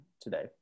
today